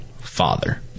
father